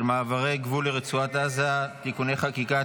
מעברי הגבול לרצועת עזה(תיקוני חקיקה),